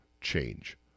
change